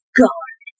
guard